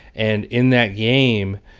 and in that game,